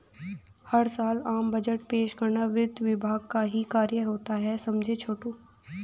हर साल आम बजट पेश करना वित्त विभाग का ही कार्य होता है समझे छोटू